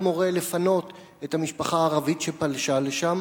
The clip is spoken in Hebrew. מורה לפנות את המשפחה הערבית שפלשה לשם,